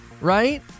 Right